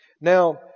Now